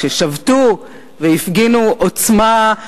ששבתו והפגינו עוצמה,